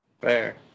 Fair